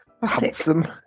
Handsome